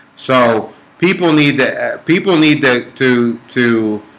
so people need that people need that to to